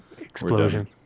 Explosion